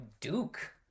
Duke